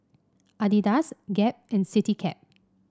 Adidas Gap and Citycab